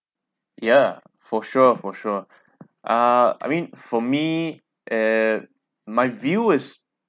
ya for sure for sure ah I mean for me eh my view is